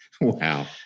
Wow